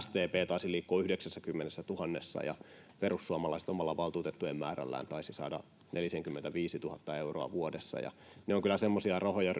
SDP taisi liikkua 90 000:ssa ja perussuomalaiset omalla valtuutettujen määrällään taisivat saada 45 000 euroa vuodessa. Ja ne ovat kyllä semmoisia rahoja